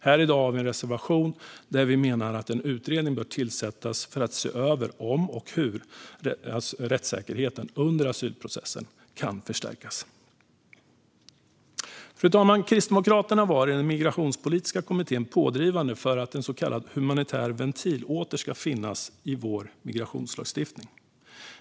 Här i dag har vi en reservation där vi menar att en utredning bör tillsättas för att se över om och hur rättssäkerheten under asylprocessen kan förstärkas. Fru talman! Kristdemokraterna var i den migrationspolitiska kommittén pådrivande för att en så kallad humanitär ventil åter skulle finnas i vår migrationslagstiftning.